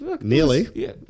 nearly